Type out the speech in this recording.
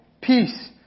peace